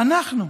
אנחנו.